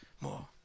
more